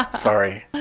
sorry.